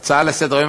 בהצעה לסדר-יום,